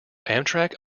amtrak